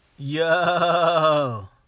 Yo